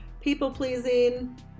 people-pleasing